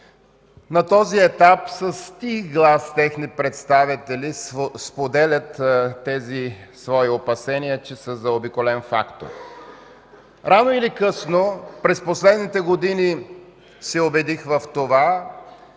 На този етап с тих глас техни представители споделят тези свои опасения, че са заобиколен фактор. През последните години се убедих,